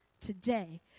Today